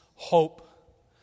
Hope